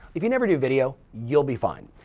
if you never do video, you'll be fine.